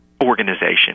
organization